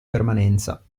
permanenza